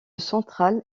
central